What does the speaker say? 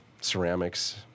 ceramics